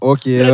Okay